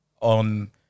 on